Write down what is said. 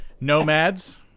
Nomads